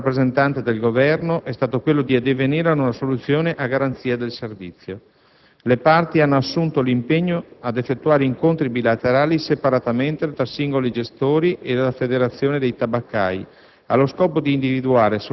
L'invito caldeggiato dal rappresentante del Governo è stato quello di addivenire ad una soluzione a garanzia del servizio. Le parti hanno assunto l'impegno ad effettuare incontri bilaterali, separatamente tra singoli gestori e la Federazione dei tabaccai,